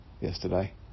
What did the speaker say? yesterday